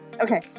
Okay